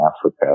Africa